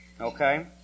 Okay